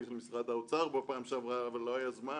של משרד האוצר בפעם שעברה אבל לא היה זמן,